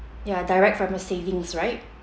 ya direct from the savings right